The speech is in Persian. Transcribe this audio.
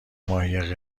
ماهی